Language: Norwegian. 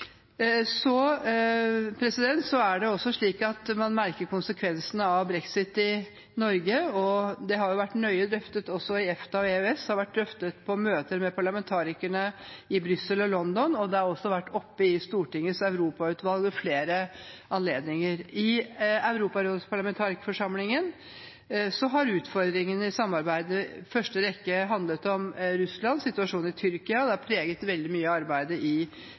har vært nøye drøftet på møter med parlamentarikerne i Brussel og London, og det har også vært oppe i Stortingets Europautvalg ved flere anledninger. I Europarådets parlamentarikerforsamling har utfordringene i samarbeidet i første rekke handlet om Russland, situasjonen i Tyrkia – det har preget veldig mye av arbeidet i